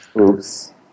Oops